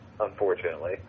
unfortunately